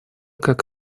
как